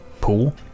pool